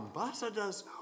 ambassadors